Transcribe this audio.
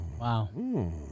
Wow